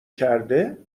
کرده